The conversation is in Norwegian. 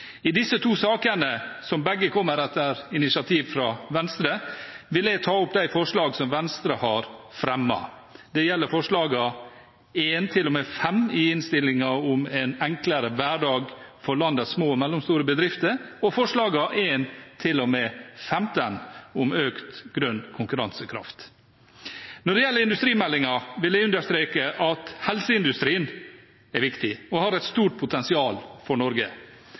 I disse to sakene, som begge kommer etter initiativ fra Venstre, vil jeg ta opp de forslag som Venstre har fremmet. Det gjelder forslagene nr. 1 til og med 5 i innstillingen om en enklere hverdag for små og mellomstore bedrifter, og forslagene nr. 1 til og med 15 i innstillingen om økt grønn konkurransekraft. Når det gjelder industrimeldingen, vil jeg understreke at helseindustrien er viktig og har et stort potensial for Norge.